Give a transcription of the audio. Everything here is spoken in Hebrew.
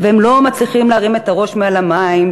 והם לא מצליחים להרים את הראש מעל המים,